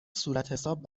صورتحساب